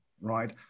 right